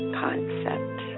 concept